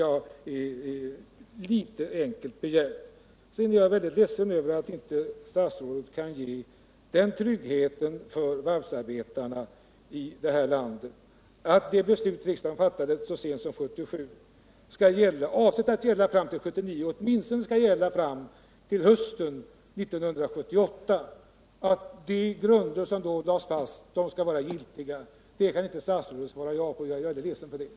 Jag är mycket ledsen för att statsrådet inte kan ge varvsarbetarna i det här landet den trygghet som skulle följa av ett meddelande att det beslut som riksdagen fattade så sent som 1977 och som skulle gälla till 1979 nu åtminstone kommer att gälla till hösten 1978. Statsrådet kan inte svara ja på frågan huruvida de grunder som då lades fast skall gälla, och det gör mig besviken.